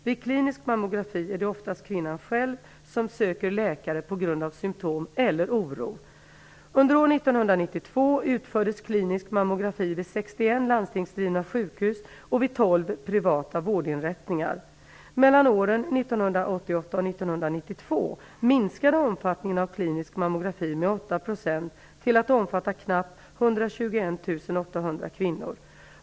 Vid klinisk mammografi är det oftast kvinnan själv som söker läkare på grund av symtom eller oro. 61 landstingsdrivna sjukhus och vid 12 privata vårdinrättningar. Mellan åren 1988 och 1992 minskade omfattningen av klinisk mammografi med 8 % till att omfatta knappt 121 800 kvinnor.